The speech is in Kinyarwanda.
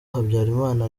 habyarimana